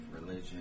religion